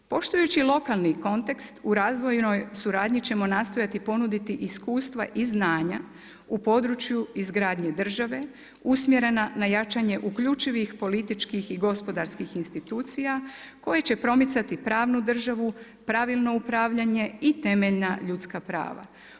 Poštujući lokalni kontekst u razvojnoj suradnji ćemo nastojati ponuditi iskustva i znanja u području izgradnje države usmjerena na jačanje uključivih političkih i gospodarskih institucija koje će promicati pravnu državu, pravilno upravljanje i temeljna ljudska prava.